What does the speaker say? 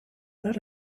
let